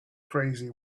crazy